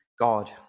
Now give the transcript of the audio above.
God